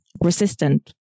resistant